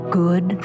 good